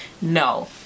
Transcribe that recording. no